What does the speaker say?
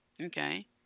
Okay